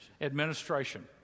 Administration